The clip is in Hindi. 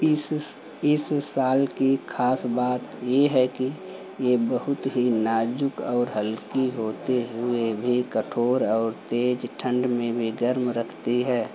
इस इस शॉल की ख़ास बात ये है कि ये बहुत ही नाज़ुक और हल्की होते हुए भी कठोर और तेज़ ठंड में भी गर्म रखती है